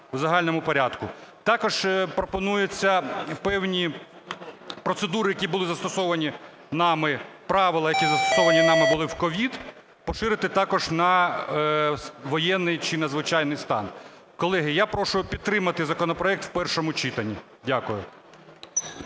Також пропонуються певні процедури, які були застосовані нами, правила, які застосовані нами були в COVID, поширити також на воєнний чи надзвичайний стан. Колеги, я прошу підтримати законопроект в першому читанні. Дякую.